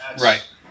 Right